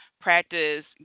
practice